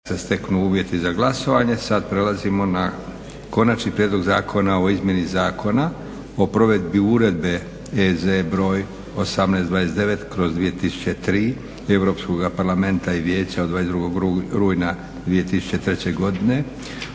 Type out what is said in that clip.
**Leko, Josip (SDP)** Sad prelazimo na Konačni prijedlog zakona o izmjeni Zakona o provedbi Uredbe (EZ) br. 1829/2003 Europskoga parlamenta i Vijeća od 22. rujna 2003. godine